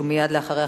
ומייד אחריה,